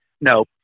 No